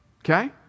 okay